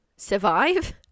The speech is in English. survive